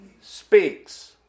speaks